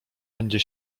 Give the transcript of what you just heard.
będzie